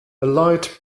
light